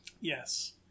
Yes